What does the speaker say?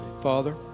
Father